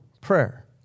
prayer